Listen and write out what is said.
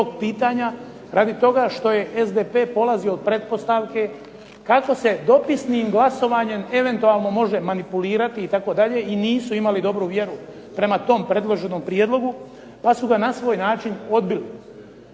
radi toga što je SDP polazio od pretpostavke kako se dopisnim glasovanjem eventualno može manipulirati itd., i nisu imali dobru vjeru prema tom predloženom prijedlogu, pa su ga na svoj način odbili.